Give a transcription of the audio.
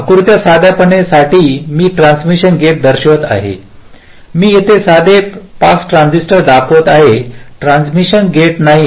आकृत्या साधेपणा साठी मी ट्रांसमिशन गेट दर्शवित आहे मी साधे पास ट्रान्झिस्टर दाखवित आहे ट्रान्समिशन गेट नाही